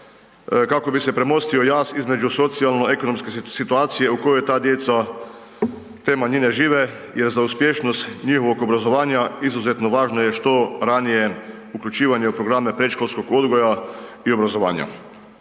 kako bi se premostio jaz između socijalno-ekonomske situacije u kojoj ta djeca te manjine žive jer za uspješnost njihovog obrazovanja izuzetno važno je što ranije uključivanje u programe predškolskog odgoja i obrazovanja.